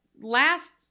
last